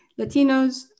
Latinos